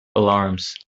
alarms